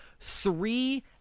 three